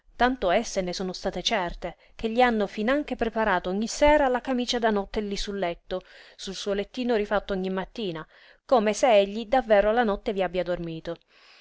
tanto esse ne sono state certe che gli hanno finanche preparato ogni sera la camicia da notte lí sul letto sul suo lettino rifatto ogni mattina come se egli davvero la notte vi abbia dormito